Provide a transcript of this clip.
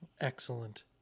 Excellent